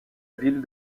ville